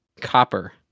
copper